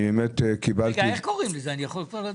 אני יכול לדעת איך קוראים לרשות?